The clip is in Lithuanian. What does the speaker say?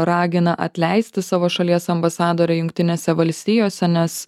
ragina atleisti savo šalies ambasadorių jungtinėse valstijose nes